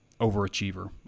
overachiever